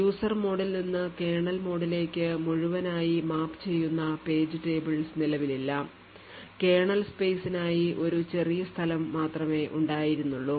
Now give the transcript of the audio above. User മോഡിൽ നിന്ന് kernel കോഡിലേക്ക് മുഴുവനായി map ചെയ്യുന്ന page tables നിലവിലില്ല കേർണൽ space നായി ഒരു ചെറിയ സ്ഥലം മാത്രമേ ഉണ്ടായിരുന്നുള്ളൂ